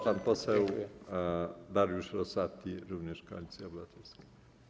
Pan poseł Dariusz Rosati, również Koalicja Obywatelska.